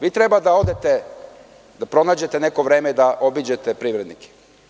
Vi treba da pronađete neko vreme da obiđete te privrednike.